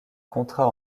contrat